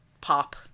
pop